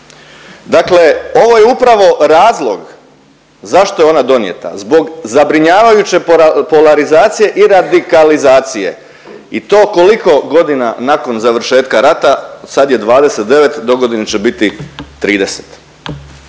Dakle ovo je upravo razlog zašto je ona donijeta, zbog zabrinjavajuće polarizacije i radikalizacije i to koliko godina nakon završetka rata, sad je 29, dogodine će bit 30.